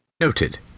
Noted